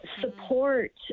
support